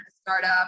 startup